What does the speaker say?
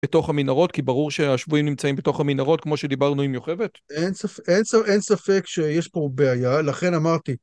בתוך המנהרות, כי ברור שהשבויים נמצאים בתוך המנהרות כמו שדיברנו עם יוכבד. אין, אין ספק שיש פה בעיה, לכן אמרתי